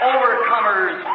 overcomers